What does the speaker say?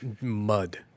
mud